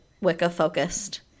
Wicca-focused